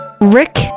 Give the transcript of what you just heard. Rick